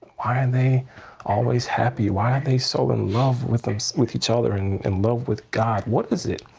why are they always happy? why are they so in love with with each other and in love with god? what is it?